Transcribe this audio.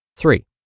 Three